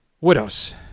Widows